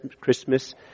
Christmas